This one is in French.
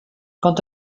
quand